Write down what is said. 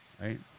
right